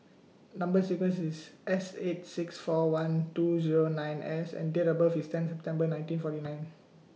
Number sequence IS S eight six four one two Zero nine S and Date of birth IS ten September nineteen forty nine